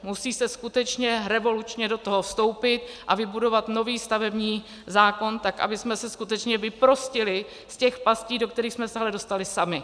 Musí se skutečně revolučně do toho vstoupit a vybudovat nový stavební zákon tak, abychom se skutečně vyprostili z těch pastí, do kterých jsme se ale dostali sami.